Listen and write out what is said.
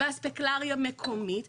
באספקלריה מקומית.